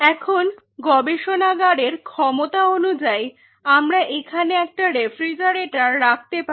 এখন গবেষণাগারের ক্ষমতা অনুযায়ী আমরা এখানে একটা রেফ্রিজারেটর রাখতে পারি